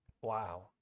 Wow